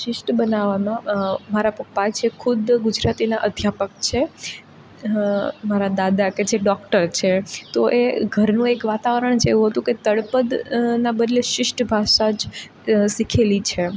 શિષ્ટ બનાવવામાં મારા પપ્પા છે ખુદ ગુજરાતીના અધ્યાપક છે મારા દાદા કે જે ડોક્ટર છે તો એ ઘરનું એક વાતાવરણ જ એક એવું હતું કે તળપદ ના બદલે શિષ્ટ ભાષા જ શીખેલી છે